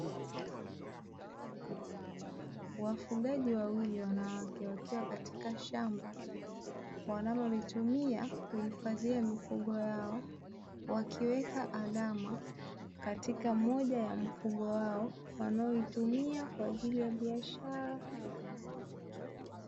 Wafugaji wawili wanawake, wakiwa katika shamba wanalolitumia kuhifadhia mifugo yao, wakiweka alama katika moja ya mfugo wao, wanaoitumia kwa ajili ya biashara.